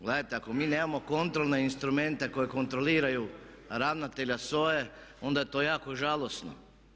Gledajte ako mi nemamo kontrolne instrumente koji kontroliraju ravnatelja SOA-e onda je to jako žalosno.